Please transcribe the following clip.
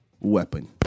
weapon